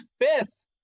fifth